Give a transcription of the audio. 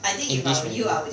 english menu